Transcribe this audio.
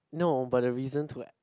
no but the reason to